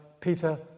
Peter